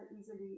easily